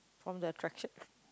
from the attraction